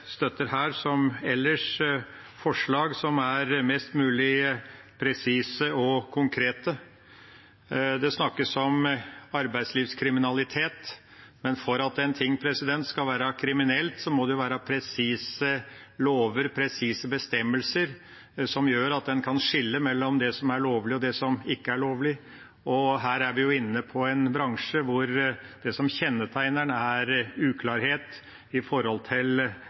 støtter her som ellers forslag som er mest mulig presise og konkrete. Det snakkes om arbeidslivskriminalitet, men for at noe skal være kriminelt, må det jo være presise lover og bestemmelser som gjør at en kan skille mellom det som er lovlig, og det som ikke er lovlig. Her er vi inne på en bransje som kjennetegnes av uklarhet om reglene som gjelder, og det er manglende oppfølging av instansene som skal følge opp dette. Vi i